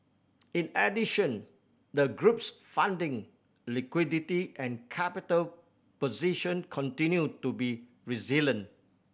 in addition the group's funding liquidity and capital position continued to be resilient